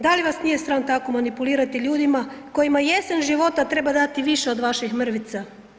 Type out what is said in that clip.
Da li vas nije sram tako manipulirati ljudima kojima jesen života treba dati više od vaših mrvica?